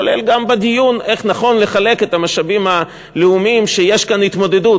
כולל גם בדיון איך נכון לחלק את המשאבים הלאומיים כשיש כאן התמודדות,